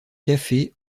cafés